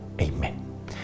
Amen